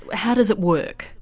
but how does it work?